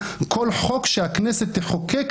כל חוק שהכנסת תחוקק,